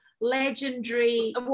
legendary